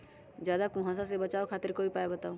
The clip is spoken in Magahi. ज्यादा कुहासा से बचाव खातिर कोई उपाय बताऊ?